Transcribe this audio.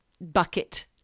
bucket